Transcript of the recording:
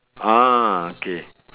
ah okay